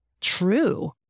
true